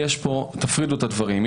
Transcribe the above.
תפרידו בין הדברים.